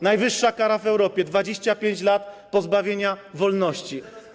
Najwyższa kara w Europie - 25 lat pozbawienia wolności.